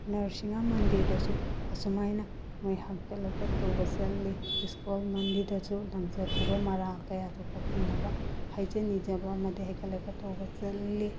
ꯅꯔꯁꯤꯡꯍꯥ ꯃꯟꯗꯤꯔꯗꯁꯨ ꯑꯁꯨꯃꯥꯏꯅ ꯃꯣꯏ ꯍꯩꯀꯠ ꯂꯩꯀꯠ ꯇꯧꯕ ꯆꯠꯂꯤ ꯏꯁꯀꯣꯟ ꯃꯟꯗꯤꯔꯗꯁꯨ ꯂꯪꯖꯈꯤꯕ ꯃꯔꯥꯜ ꯀꯌꯥꯗꯨ ꯀꯣꯛꯄꯤꯅꯕ ꯍꯥꯏꯖ ꯅꯤꯖꯕ ꯑꯃꯗꯤ ꯍꯩꯀꯩ ꯂꯩꯀꯠ ꯇꯧꯕ ꯆꯠꯂꯤ